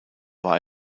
war